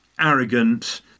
arrogant